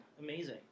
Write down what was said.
Amazing